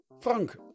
Frank